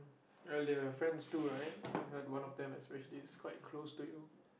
well they are your friends too right I heard one of them especially is quite close to you